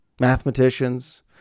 mathematicians